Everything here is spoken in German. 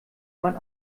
man